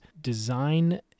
design